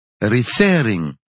referring